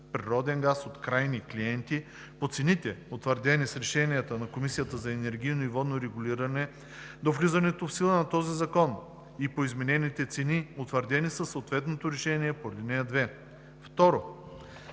природен газ от крайни клиенти по цените, утвърдени с решенията на Комисията за енергийно и водно регулиране до влизането в сила на този закон, и по изменените цени, утвърдени със съответното решение по ал. 2; 2.